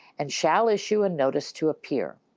and shall issue a notice to appear.